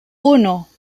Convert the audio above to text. uno